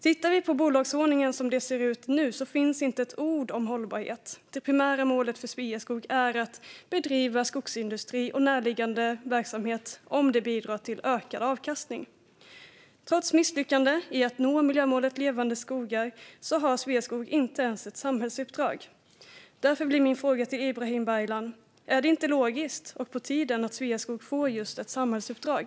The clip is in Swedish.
Tittar vi på bolagsordningen som den ser ut nu ser vi att det inte finns ett ord om hållbarhet. Det primära målet för Sveaskog är att bedriva skogsindustri och närliggande verksamhet om det bidrar till ökad avkastning. Trots misslyckande med att nå miljömålet Levande skogar har Sveaskog inte ens ett samhällsuppdrag. Därför blir min fråga till Ibrahim Baylan: Är det inte logiskt och på tiden att Sveaskog får just ett samhällsuppdrag?